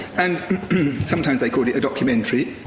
and sometimes they called it a documentary,